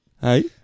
Hey